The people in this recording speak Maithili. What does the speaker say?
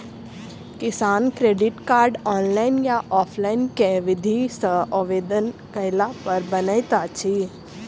किसान क्रेडिट कार्ड, ऑनलाइन या ऑफलाइन केँ विधि सँ आवेदन कैला पर बनैत अछि?